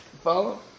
Follow